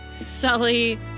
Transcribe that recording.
Sully